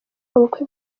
ubukwe